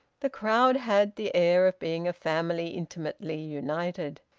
the crowd had the air of being a family intimately united.